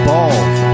Balls